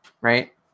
Right